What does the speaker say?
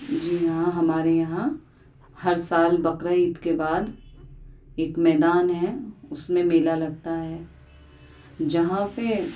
جی ہاں ہمارے یہاں ہر سال بقرہ عید کے بعد ایک میدان ہے اس میں میلا لگتا ہے جہاں پہ